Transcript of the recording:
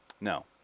No